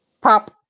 pop